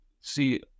see